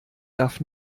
darf